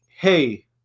hey